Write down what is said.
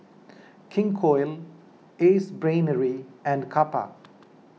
King Koil Ace Brainery and Kappa